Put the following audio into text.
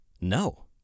No